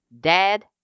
dad